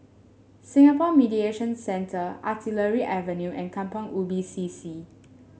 Singapore Mediation Centre Artillery Avenue and Kampong Ubi C C